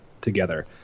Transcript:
together